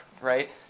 right